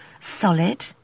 Solid